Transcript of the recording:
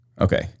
Okay